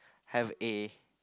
have a